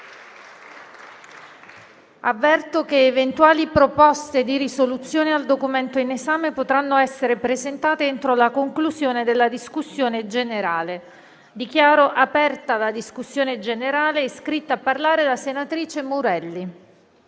Avverto che eventuali proposte di risoluzione al documento in esame potranno essere presentate entro la conclusione della discussione. Dichiaro aperta la discussione. È iscritta a parlare la senatrice Murelli.